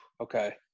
Okay